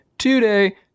today